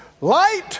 light